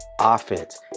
offense